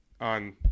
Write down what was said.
on